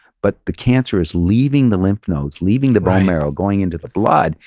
but the cancer is leaving the lymph nodes, leaving the bone marrow going into the blood.